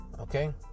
okay